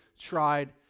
tried